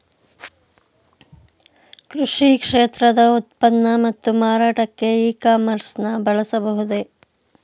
ಕೃಷಿ ಕ್ಷೇತ್ರದ ಉತ್ಪನ್ನ ಮತ್ತು ಮಾರಾಟಕ್ಕೆ ಇ ಕಾಮರ್ಸ್ ನ ಬಳಸಬಹುದೇ?